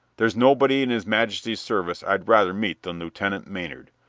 there's nobody in his majesty's service i'd rather meet than lieutenant maynard.